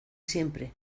siempre